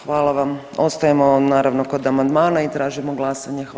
Hvala vam, ostajemo naravno kod amandmana i tražimo glasanje, hvala.